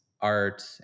art